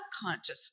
subconsciously